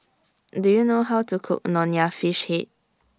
Do YOU know How to Cook Nonya Fish Head